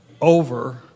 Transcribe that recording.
over